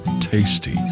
tasty